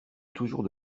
toujours